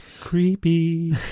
Creepy